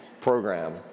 program